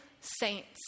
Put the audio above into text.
saints